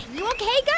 you ok, guy